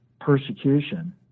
persecution